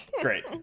Great